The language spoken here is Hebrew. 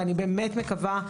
ואני באמת מקווה,